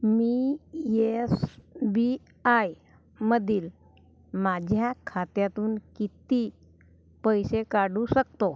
मी S B आयमधील माझ्या खात्यातून किती पैसे काढू शकतो